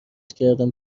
کردم